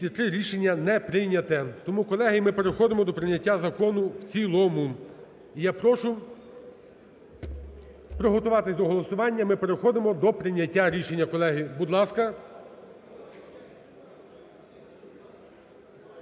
За-203 Рішення не прийнято. Тому, колеги, ми переходимо до прийняття закону в цілому. І я прошу приготуватись до голосування, ми переходимо до прийняття рішення, колеги. Будь ласка…